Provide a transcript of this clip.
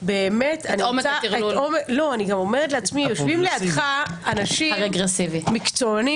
אני אומרת לעצמי שיושבים לידך אנשים מקצוענים